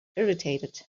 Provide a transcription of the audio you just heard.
irritated